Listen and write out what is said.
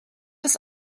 des